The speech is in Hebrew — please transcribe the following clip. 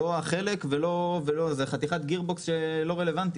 זה חתיכת גירבוקס שלא רלוונטית.